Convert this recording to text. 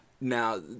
Now